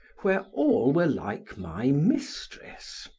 where all were like my mistress,